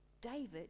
David